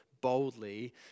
boldly